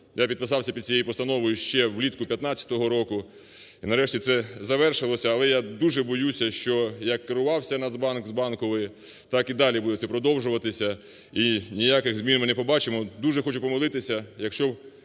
Я підписався під цією постановою ще влітку 15-го року. І нарешті це завершилося. Але я дуже боюся, що як керувався Нацбанк з Банкової, так і далі буде це продовжуватися, і ніяких змін ми не побачимо. Дуже хочу помилитися. Якщо